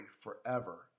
forever